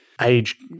age